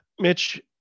mitch